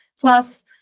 Plus